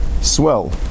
swell